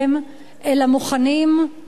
אלא מוכנים להתאבד.